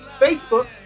Facebook